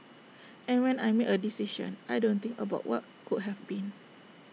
and when I make A decision I don't think about what could have been